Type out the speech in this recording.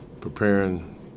preparing